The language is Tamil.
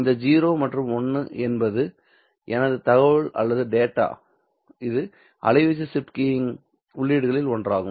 இந்த 0 மற்றும் 1 என்பது எனது தகவல் அல்லது டேட்டா இது அலைவீச்சு ஷிப்ட் கீயிங்கின் உள்ளீடுகளில் ஒன்றாகும்